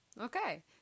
Okay